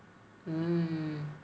hmm